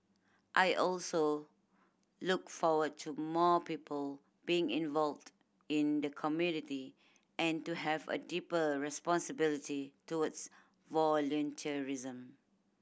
I also look forward to more people being involved in the community and to have a deeper responsibility towards volunteerism